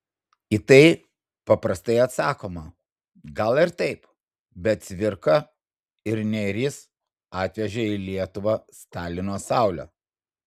į tai paprastai atsakoma gal ir taip bet cvirka ir nėris atvežė į lietuvą stalino saulę